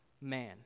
man